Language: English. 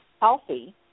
healthy